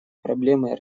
проблемы